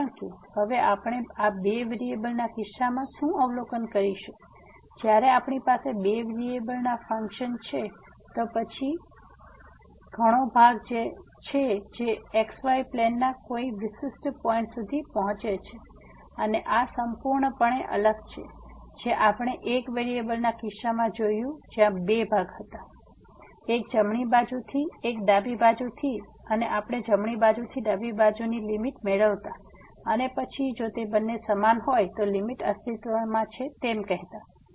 કારણ કે હવે આપણે આ બે વેરીએબલના કિસ્સામાં શું અવલોકન કરીશું જ્યારે આપણી પાસે બે વેરીએબલના ફંકશન્સ છે તો પછી ઘણા ભાગો છે જે xy પ્લેન ના કોઈ વિશિષ્ટ પોઈન્ટ સુધી પહોંચે છે અને આ સંપૂર્ણપણે અલગ છે જે આપણે એક વેરીએબલના કિસ્સામાં જોયું છે જ્યાં બે ભાગ હતા એક જમણી બાજુથી એક ડાબી બાજુથી અને આપણે જમણી બાજુથી ડાબી બાજુથી લીમીટ મેળવતા અને પછી જો તે બંને સમાન હોય તો લીમીટ અસ્તિત્વમાં છે તેમ કહીશું